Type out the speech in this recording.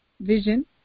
vision